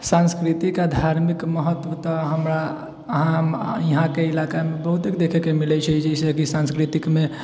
सांस्कृतिक आओर धार्मिक महत्व तऽ हमरा अहाँ इहा अहाँकेँ इलाकामे बहुतेके देखेके मिलै छै जैसे कि सांस्कृतिकमे